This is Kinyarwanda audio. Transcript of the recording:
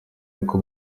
uko